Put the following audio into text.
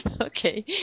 Okay